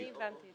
אני הבנתי את זה.